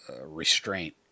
restraint